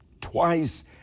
twice